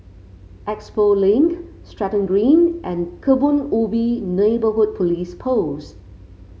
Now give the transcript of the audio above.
Expo Link Stratton Green and Kebun Ubi Neighbourhood Police Post